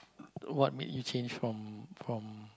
what make you change from from